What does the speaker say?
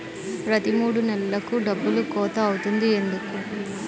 ప్రతి మూడు నెలలకు డబ్బులు కోత అవుతుంది ఎందుకు?